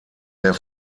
der